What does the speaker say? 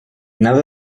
nada